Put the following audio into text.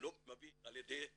מגיעה על ידי עתיקות.